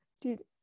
dude